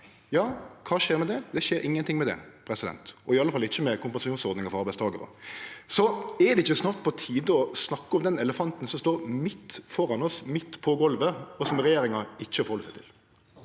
kva skjer med det? Det skjer ingenting med det, og iallfall ikkje med kompensasjonsordninga for arbeidstakarar. Er det ikkje snart på tide å snakke om den elefanten som står midt framfor oss, midt på golvet, og som regjeringa ikkje forheld seg til?